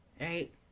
right